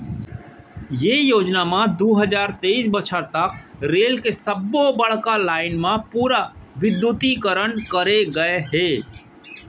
ये योजना म दू हजार तेइस बछर तक रेल के सब्बो बड़का लाईन म पूरा बिद्युतीकरन करे गय हे